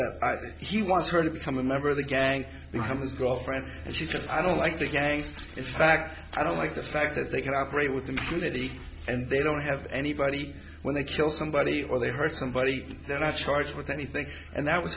that he wants her to become a member of the gang become his girlfriend and she says i don't like the gangs in fact i don't like the fact that they can operate with impunity and they don't have anybody when they kill somebody or they hurt somebody they're not charged with anything and that was